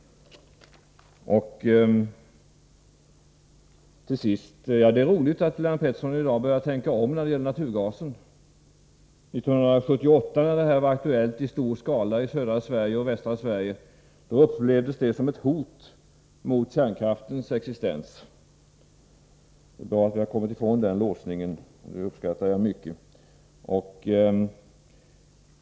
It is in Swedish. Det är roligt att Lennart Pettersson i dag börjar tänka om när det gäller naturgasen. 1978, när projekt i stor skala var aktuella i södra och västra Sverige, upplevdes naturgas som ett hot mot kärnkraftens existens. Det är bra att vi har kommit ifrån den låsningen, det uppskattar jag mycket.